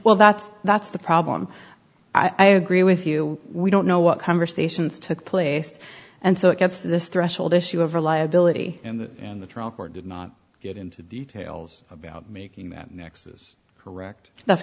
well that's that's the problem i agree with you we don't know what conversations took place and so it gets this threshold issue of reliability in the in the trial court did not get into details about making that nexus correct that's